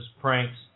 pranks